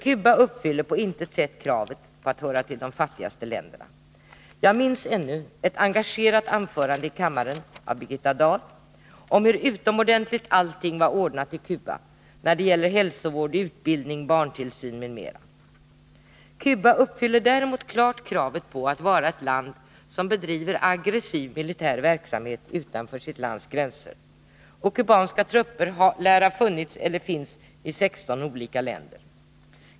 Cuba uppfyller på intet sätt kravet på att höra till de fattigaste länderna — jag minns ännu ett engagerat anförande i kammaren av Birgitta Dahl om hur utomordentligt allting var ordnat i Cuba när det gällde hälsovård, utbildning, barntillsyn m.m. Cuba uppfyller däremot klart kraven när det gäller att bedriva aggressiv militär verksamhet utanför sitt lands gränser, och kubanska trupper har funnits eller finns i 16 olika länder.